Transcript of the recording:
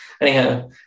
Anyhow